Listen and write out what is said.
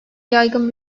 yaygın